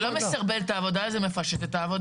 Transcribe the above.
זה לא מסרבל את העבודה, זה מפשט את העבודה.